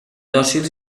dòcils